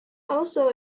also